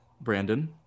Brandon